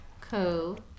cool